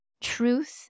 Truth